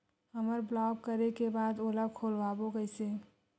हमर ब्लॉक करे के बाद ओला खोलवाबो कइसे?